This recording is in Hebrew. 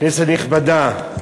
כנסת נכבדה,